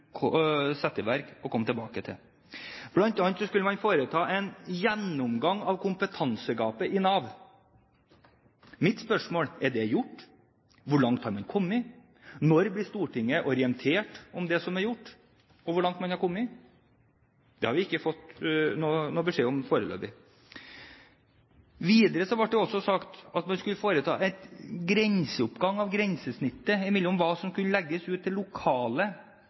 sette i verk og komme tilbake til. Blant annet skulle man foreta en gjennomgang av kompetansegapet i Nav. Mine spørsmål er: Er det gjort? Hvor langt har man kommet? Når blir Stortinget orientert om det som er gjort, og om hvor langt man har kommet? Det har vi ikke fått noen beskjed om foreløpig. Videre ble det også sagt at man skulle foreta en grenseoppgang av grensesnittet for hva som skulle legges ut til lokale